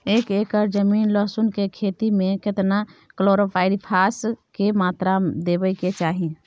एक एकर जमीन लहसुन के खेती मे केतना कलोरोपाईरिफास के मात्रा देबै के चाही?